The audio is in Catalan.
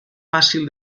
fàcil